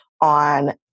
on